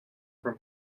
from